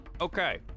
Okay